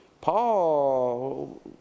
Paul